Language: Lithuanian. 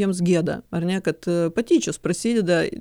jiems gėda ar ne kad patyčios prasideda